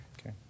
Okay